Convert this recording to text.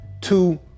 Two